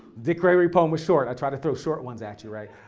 dick gregory poem was short. i try to throw short ones at you, right?